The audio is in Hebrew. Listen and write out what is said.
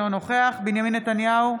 אינו נוכח בנימין נתניהו,